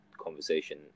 conversation